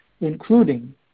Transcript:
including